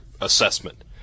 assessment